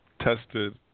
tested